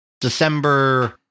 December